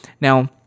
Now